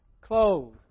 clothes